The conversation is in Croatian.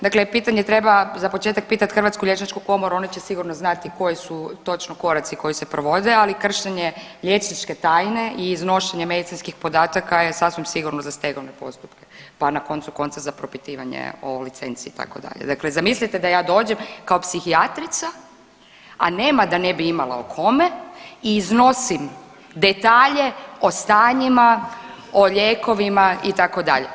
Dakle, pitanje treba za početak pitati Hrvatsku liječnički komoru, oni će sigurno znati koje su točno koraci koji se provode, ali kršenje liječničke tajne i iznošenje medicinskih podataka je sasvim sigurno za stegovne postupke, pa na koncu konca, za propitivanje o licenci, itd., dakle zamislite da ja dođem kao psihijatrica, a nema da ne bi imala o kome i iznosim detalje o stanjima, o lijekovima, itd.